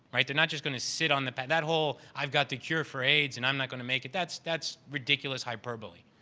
right? they're not just going to sit on the patent? that whole, i've got the cure for aids and i'm not going to make it, that's that's ridiculous hyperbole.